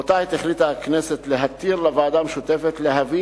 באותה עת החליטה הכנסת להתיר לוועדה המשותפת להביא